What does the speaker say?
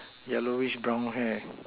yellowish brown hair